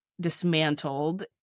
dismantled